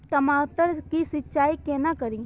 टमाटर की सीचाई केना करी?